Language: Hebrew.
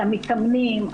על המתאמנים,